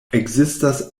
ekzistas